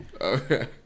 Okay